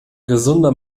gesunder